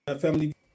Family